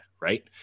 right